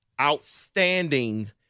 outstanding